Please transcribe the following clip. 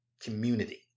community